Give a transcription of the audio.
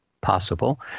possible